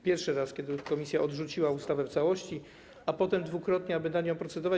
Pierwszy raz, kiedy komisja odrzuciła ustawę w całości, a potem dwukrotnie, aby nad nią procedować.